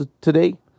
today